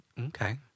Okay